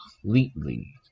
completely